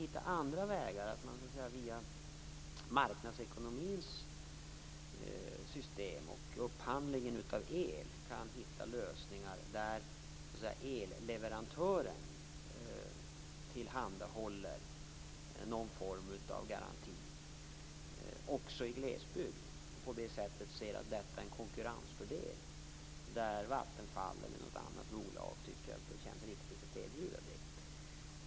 Det andra sättet kan vara att via marknadsekonomins system och upphandlingen av el finna lösningar som gör att elleverantören också i glesbygd kan tillhandahålla någon form av garanti. På det sättet blir det en konkurrensfördel om Vattenfall eller något annat bolag tycker att det känns riktigt att erbjuda detta.